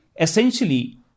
Essentially